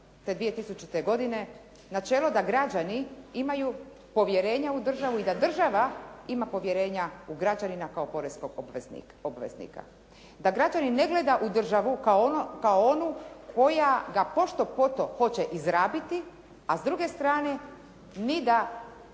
te 2000. godine, načelo da građani imaju povjerenja u državu i da država ima povjerenja u građanina kao poreznog obveznika. Da građanin ne gleda u državu kao onu koja ga pošto-poto hoće izrabiti, a s druge strane ni da